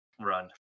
run